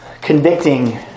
Convicting